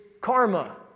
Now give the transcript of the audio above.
karma